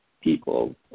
people